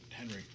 Henry